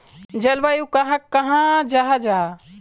जलवायु कहाक कहाँ जाहा जाहा?